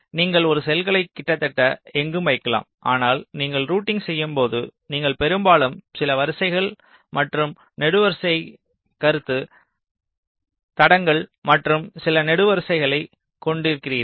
நீங்கள் ஒரு செல்களை கிட்டத்தட்ட எங்கும் வைக்கலாம் ஆனால் நீங்கள் ரூட்டிங் செய்யும்போது நீங்கள் பெரும்பாலும் சில வரிசைகள் மற்றும் நெடுவரிசை கருத்து தடங்கள் மற்றும் சில நெடுவரிசைகளைக் கொண்டிருக்கிறீர்கள்